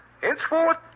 Henceforth